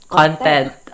content